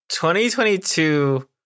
2022